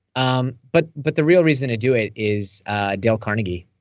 um but but the real reason to do it is dale carnegie,